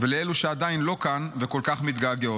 ולאלה שעדיין לא כאן וכל כך מתגעגעות.